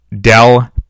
Dell